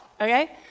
okay